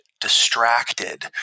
distracted